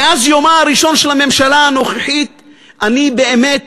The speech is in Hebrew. מאז יומה הראשון של הממשלה הנוכחית אני באמת